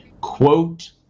quote